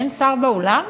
אדוני השר,